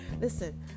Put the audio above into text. listen